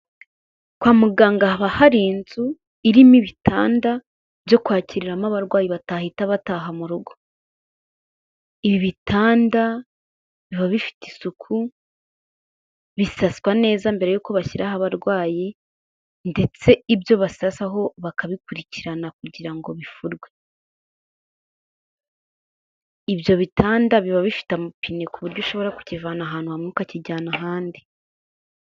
Kwa muganga haba hari inzu irimo ibitanda byo kwakiriramo abarwayi batahita bataha mu rugo, ibi bitanda biba bifite isuku, bisaswa neza mbere yuko bashyiraho abarwayi, ndetse ibyo basasaho bakabikurikirana kugira ngo bifurwe, ibyo bitanda biba bifite amapine ku buryo ushobora kukivana ahantu hamwe ukakijyana ahandi.